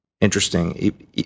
interesting